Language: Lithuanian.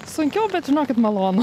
sunkiau bet žinokit malonu